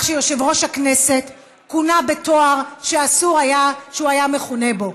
שיושב-ראש הכנסת כונה בתואר שאסור היה שהוא יהיה מכונה בו.